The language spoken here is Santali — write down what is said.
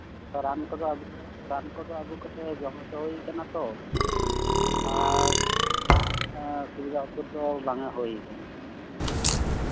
ᱨᱟᱱ ᱠᱚᱫᱚ ᱨᱟᱱ ᱠᱚᱫᱚ ᱟᱹᱜᱩ ᱠᱟᱛᱮᱫ ᱡᱚᱢ ᱦᱚᱪᱚ ᱦᱩᱭ ᱠᱟᱱᱟ ᱛᱚ ᱟᱨ ᱚᱥᱩᱵᱤᱫᱷᱟ ᱠᱚᱫᱚ ᱵᱟᱝᱜᱮ ᱦᱩᱭ ᱟᱠᱟᱱᱟ